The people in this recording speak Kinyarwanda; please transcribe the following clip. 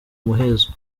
muhezo